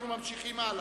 אנחנו ממשיכים הלאה.